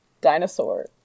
Dinosaur